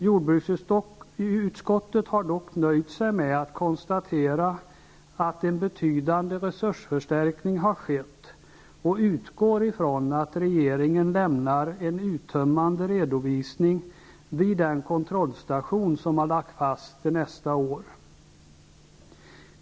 Jordbruksutskottet har dock nöjt sig med att konstatera att en betydande resursförstärkning har skett och utgår ifrån att regeringen lämnar en uttömmande redovisning vid den kontrollstation som lagts fast till nästa år. Herr talman!